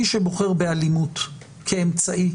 מי שבוחר באלימות כאמצעי